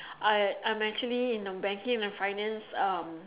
I I'm actually in the banking and finance um